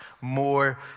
more